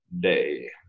day